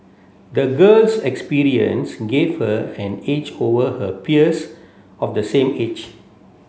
the girl's experience gave her an edge over her peers of the same age